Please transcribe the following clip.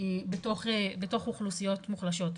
בתוך אוכלוסיות מוחלשות.